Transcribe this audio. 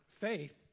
faith